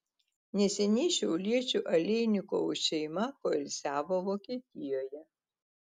neseniai šiauliečių aleinikovų šeima poilsiavo vokietijoje